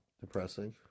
depressing